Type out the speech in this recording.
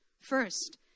First